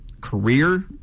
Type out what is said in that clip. career